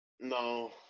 No